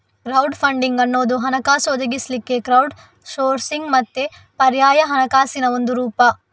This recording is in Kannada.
ಕ್ರೌಡ್ ಫಂಡಿಂಗ್ ಅನ್ನುದು ಹಣಕಾಸು ಒದಗಿಸ್ಲಿಕ್ಕೆ ಕ್ರೌಡ್ ಸೋರ್ಸಿಂಗ್ ಮತ್ತೆ ಪರ್ಯಾಯ ಹಣಕಾಸಿನ ಒಂದು ರೂಪ